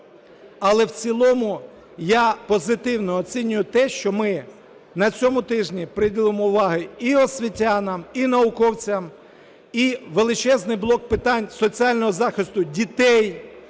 Але в цілому я позитивно оцінюю те, що ми на цьому тижні приділимо увагу і освітянам, і науковцям, і величезний блок питань соціального захисту дітей,